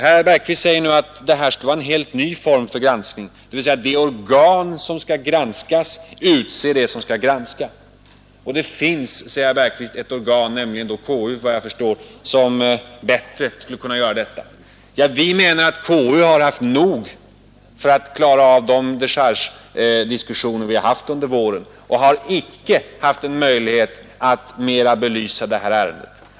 Herr Bergqvist säger nu att det skulle vara en helt ny form för granskning om det organ som skall granskas utser det organ som skall granska. Det finns, säger herr Bergqvist, ett organ — och såvitt jag förstår menar han konstitutionsutskottet — som bättre skulle kunna göra detta. Ja, vi menar att konstitutionsutskottet har haft tillräckligt att göra med att klara av de dechargediskussioner vi haft under våren, och vi har icke haft någon möjlighet att ytterligare belysa detta ärende.